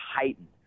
heightened